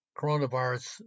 coronavirus